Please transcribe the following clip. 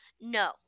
No